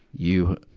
you,